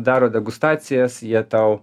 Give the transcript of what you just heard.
daro degustacijas jie tau